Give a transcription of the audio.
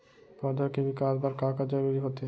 पौधे के विकास बर का का जरूरी होथे?